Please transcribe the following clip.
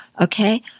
Okay